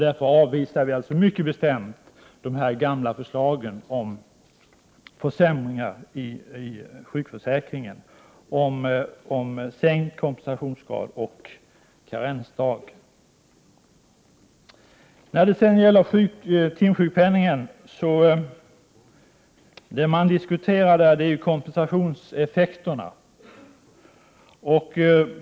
Därför avvisar vi alltså mycket bestämt de här gamla förslagen om försämringar i sjukförsäkringen genom sänkt kompensationsgrad och karensdagar. När man diskuterar timsjukpenningen gäller det främst kompensationseffekterna.